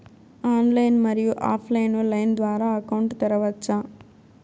Online, మరియు offline line ద్వారా account తెరవచ్చా?